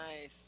Nice